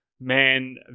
man